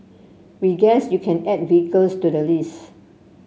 we guess you can add vehicles to the list